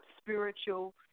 spiritual